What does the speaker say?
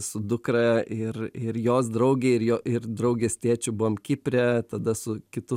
su dukra ir ir jos drauge ir jo ir draugės tėčiu buvom kipre tada su kitu